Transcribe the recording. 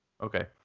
Okay